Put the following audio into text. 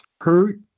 hurt